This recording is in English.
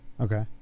Okay